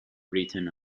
britain